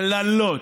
קללות,